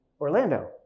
Orlando